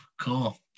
cool